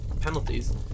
penalties